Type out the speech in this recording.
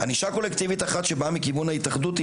ענישה קולקטיבית אחת שבאה מכיוון ההתאחדות זה